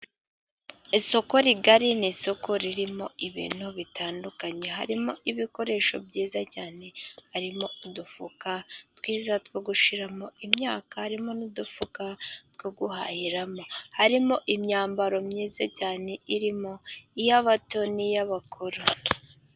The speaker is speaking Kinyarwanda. Isoko rigari ni isoko ririmo ibintu bitandukanye, harimo ibikoresho byiza cyane, harimo udufuka twiza two gushyiramo imyaka , harimo n'udufuka two guhahiramo, harimo imyambaro myiza cyane, irimo iy'abato n'iy'abakuru.